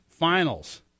finals